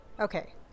Okay